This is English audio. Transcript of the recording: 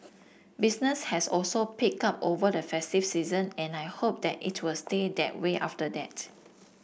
business has also picked up over the festive season and I hope that it will stay that way after that